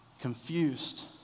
confused